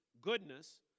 goodness